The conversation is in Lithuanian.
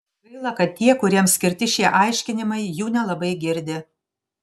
gaila kad tie kuriems skirti šie aiškinimai jų nelabai girdi